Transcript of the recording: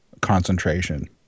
concentration